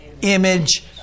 image